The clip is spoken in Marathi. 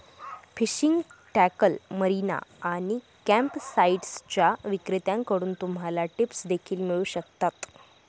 फिशिंग टॅकल, मरीना आणि कॅम्पसाइट्सच्या विक्रेत्यांकडून तुम्हाला टिप्स देखील मिळू शकतात